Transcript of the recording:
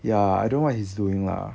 ya I don't know what he's doing lah